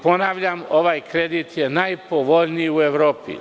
Ponavljam, ovaj kredit je najpovoljniji u Evropi.